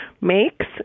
makes